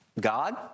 God